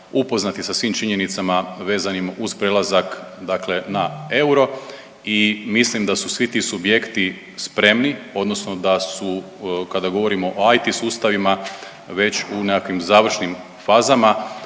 upoznati sa svim činjenicama vezanim uz prelazak na euro i mislim da su svi ti subjekti spremni odnosno da su kada govorimo o IT sustavima već u nekakvim završnim fazama.